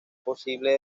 posible